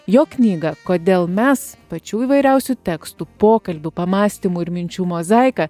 jo knygą kodėl mes pačių įvairiausių tekstų pokalbių pamąstymų ir minčių mozaiką